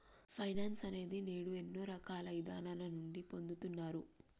finance అనేది నేడు ఎన్నో రకాల ఇదానాల నుండి పొందుతున్నారు